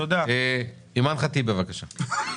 אימאן ח'טיב, בבקשה.